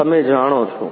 તમે જાણો છો